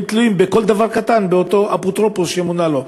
תלויים בכל דבר קטן באותו אפוטרופוס שמונה להם.